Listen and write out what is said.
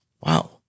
Wow